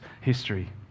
history